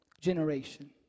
generation